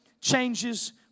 changes